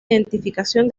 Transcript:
identificación